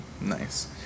Nice